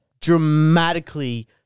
dramatically